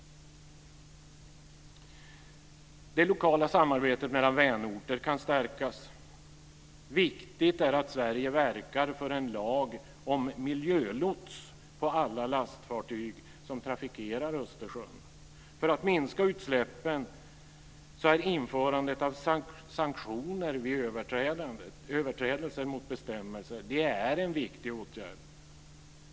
Det lokala samarbetet mellan vänorter kan stärkas. Viktigt är att Sverige verkar för en lag om miljölots på alla lastfartyg som trafikerar Östersjön. För att minska utsläppen är införandet av sanktioner vid överträdelse mot bestämmelserna en viktig åtgärd.